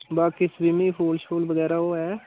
बाकी swimming pool शूल बगैरा ओह् ऐ